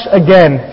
again